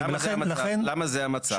למה זה המצב?